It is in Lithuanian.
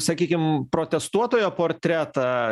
sakykim protestuotojo portretą